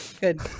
Good